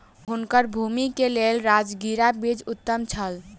हुनकर भूमि के लेल राजगिरा बीज उत्तम छल